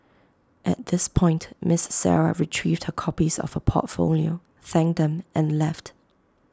at this point miss Sarah retrieved her copies of her portfolio thanked them and left